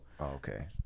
Okay